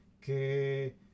que